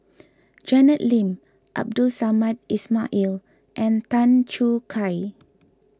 Janet Lim Abdul Samad Ismail Air and Tan Choo Kai